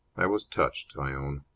i was touched, i own.